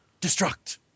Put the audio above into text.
destruct